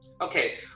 Okay